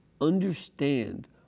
understand